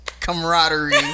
Camaraderie